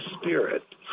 spirit